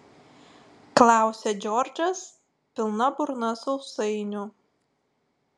klausia džordžas pilna burna sausainių